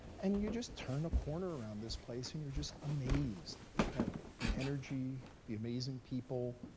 and you just turn a corner around this place, and you're just amazed at the energy, the amazing people,